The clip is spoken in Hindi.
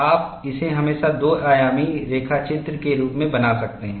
आप इसे हमेशा दो आयामी रेखा चित्र के रूप में बना सकते हैं